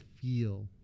feel